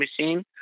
machine